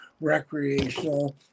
recreational